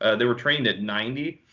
ah they were trained at ninety